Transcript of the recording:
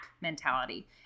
mentality